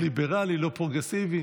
לא ליברלי, לא פרוגרסיבי.